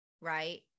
right